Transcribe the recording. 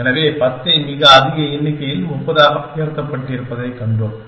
எனவே 10ஐ மிக அதிக எண்ணிக்கையில் 30 ஆக உயர்த்தப்பட்டிருப்பதைக் கண்டோம்